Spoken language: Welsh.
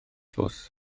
fws